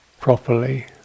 properly